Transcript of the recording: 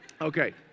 Okay